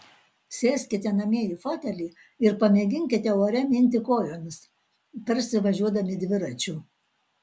sėskite namie į fotelį ir pamėginkite ore minti kojomis tarsi važiuodami dviračiu